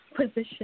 position